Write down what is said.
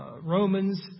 Romans